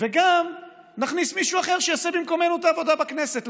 וגם נכניס מישהו אחר שיעשה במקומנו את העבודה בכנסת,